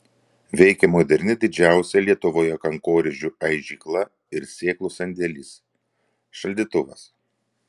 veikia moderni didžiausia lietuvoje kankorėžių aižykla ir sėklų sandėlis šaldytuvas